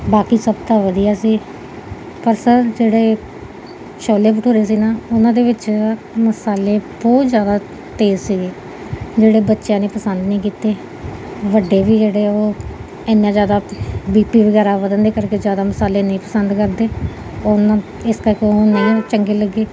ਬਾਕੀ ਸਭ ਤਾਂ ਵਧੀਆ ਸੀ ਪਰ ਸਰ ਜਿਹੜੇ ਛੋਲੇ ਭਟੂਰੇ ਸੀ ਨਾ ਉਹਨਾਂ ਦੇ ਵਿੱਚ ਮਸਾਲੇ ਬਹੁਤ ਜ਼ਿਆਦਾ ਤੇਜ਼ ਸੀਗੇ ਜਿਹੜੇ ਬੱਚਿਆਂ ਨੇ ਪਸੰਦ ਨਹੀਂ ਕੀਤੇ ਵੱਡੇ ਵੀ ਜਿਹੜੇ ਉਹ ਇੰਨਾਂ ਜ਼ਿਆਦਾ ਬੀਪੀ ਵਗੈਰਾ ਵਧਣ ਦੇ ਕਰਕੇ ਜ਼ਿਆਦਾ ਮਸਾਲੇ ਨਹੀਂ ਪਸੰਦ ਕਰਦੇ ਉਹਨਾਂ ਇਸ ਕਰਕੇ ਉਹ ਨਹੀਂ ਚੰਗੇ ਲੱਗੇ